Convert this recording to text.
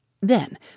Then